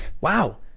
wow